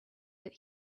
that